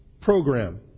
program